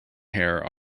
hair